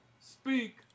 speak